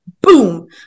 boom